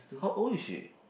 how old is she